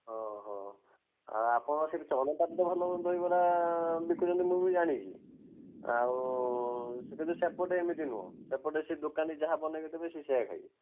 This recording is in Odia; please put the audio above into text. ଆପଣ ସେଇଠି ଚନ୍ଦକାରେ ଭଲ ଦହିବରା ବିକୁଛନ୍ତି ମୁଁ ବି ଜାଣିଛି ଆଉ କିନ୍ତୁ ସେପଟେ ଏମିତି ନୁହେଁ ସେପଟେ ସେ ଦୋକାନୀ ଯାହା ବନେଇକି ଦେବେ ସେ ସେଇଆ ଖାଇବେ